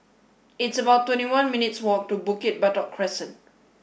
it's about twenty one minutes' walk to Bukit Batok Crescent